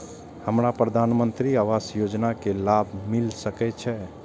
हमरा प्रधानमंत्री आवास योजना के लाभ मिल सके छे?